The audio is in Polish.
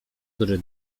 który